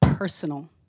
Personal